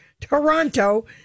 Toronto